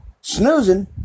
snoozing